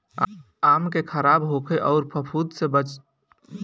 आम के खराब होखे अउर फफूद के प्रभाव से बचावे खातिर कउन उपाय होखेला?